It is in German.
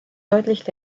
deutlich